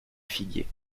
figuier